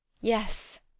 yes